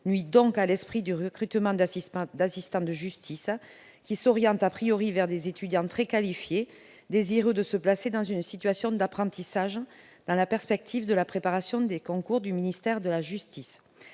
nuit donc à l'esprit du recrutement d'assistants de justice, qui s'oriente vers des étudiants très qualifiés, désireux de se placer dans une situation d'apprentissage, dans la perspective de la préparation des concours du ministère de la justice.